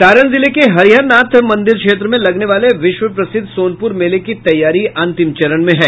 सारण जिले के हरिहर नाथ मंदिर क्षेत्र में लगने वाले विश्व प्रसिद्ध सोनपूर मेले की तैयारी अंतिम चरण में है